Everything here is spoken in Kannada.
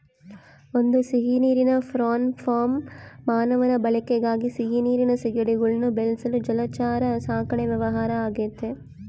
ಒಂದು ಸಿಹಿನೀರಿನ ಪ್ರಾನ್ ಫಾರ್ಮ್ ಮಾನವನ ಬಳಕೆಗಾಗಿ ಸಿಹಿನೀರಿನ ಸೀಗಡಿಗುಳ್ನ ಬೆಳೆಸಲು ಜಲಚರ ಸಾಕಣೆ ವ್ಯವಹಾರ ಆಗೆತೆ